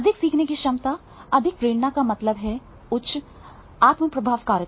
अधिक सीखने की क्षमता अधिक प्रेरणा का मतलब है उच्च आत्म प्रभावकारिता